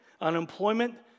unemployment